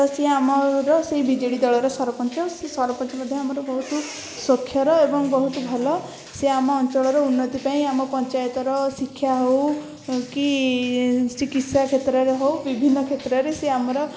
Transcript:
ତ ସିଏ ଆମର ସେଇ ବିଜେଡି ଦଳର ସରପଞ୍ଚ ସେ ସରପଞ୍ଚ ମଧ୍ୟ ଆମର ବହୁତ ସ୍ୱାକ୍ଷର ଏବଂ ବହୁତ ଭଲ ସେ ଆମ ଅଞ୍ଚଳର ଉନ୍ନତି ପାଇଁ ଆମ ପଞ୍ଚାୟତର ଶିକ୍ଷା ହେଉ କି ଚିକିତ୍ସା କ୍ଷେତ୍ରରେ ହେଉ ବିଭିନ୍ନ କ୍ଷେତ୍ରରେ ସେ ଆମର